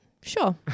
sure